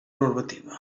normativa